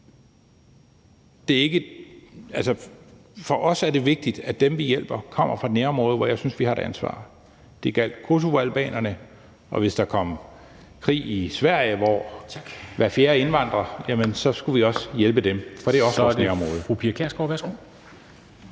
For os er det vigtigt, at dem, vi hjælper, kommer fra et nærområde, hvor jeg synes vi har et ansvar. Det gjaldt kosovoalbanerne, og hvis der kom krig i Sverige, hvor hver fjerde er indvandrer, skulle vi også hjælpe dem, for det er også vores nærområde.